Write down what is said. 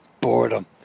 boredom